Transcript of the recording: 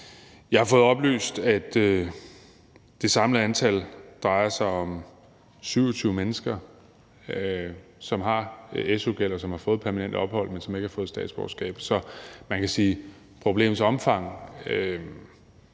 Jeg har fået oplyst, at det drejer sig om et samlet antal på 27 mennesker, som har su-gæld, og som har fået permanent ophold, men som ikke har fået statsborgerskab. Så man kan sige, at problemets omfang